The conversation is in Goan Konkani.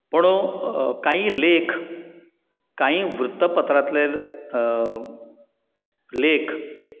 पूण हो कांय लेख कांय वृत्त पत्रांतले लेख